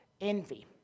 envy